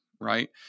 Right